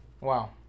Wow